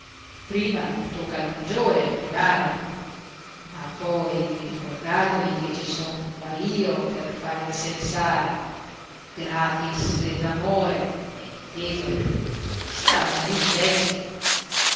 prima tocca alla maggiore è naturale ma poi ricordatevi che ci son qua io per fare il sensale gratis et amore ben inteso siamo amici vecchi